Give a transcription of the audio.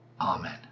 Amen